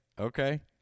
okay